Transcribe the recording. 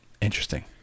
Interesting